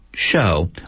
show